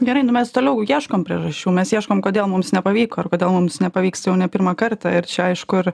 gerai nu mes toliau ieškom priežasčių mes ieškom kodėl mums nepavyko ir kodėl mums nepavyks jau ne pirmą kartą ir čia aišku ir